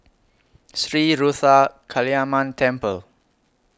Sri Ruthra Kaliamman Temple